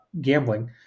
gambling